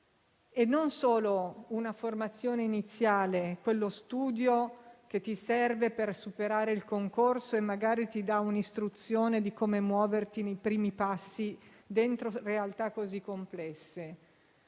non solo una formazione iniziale (lo studio che serve per superare il concorso e che magari dà un'istruzione su come muovere i primi passi dentro realtà così complesse),